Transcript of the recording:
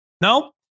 No